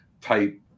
type